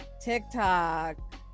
TikTok